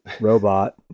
robot